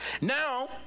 Now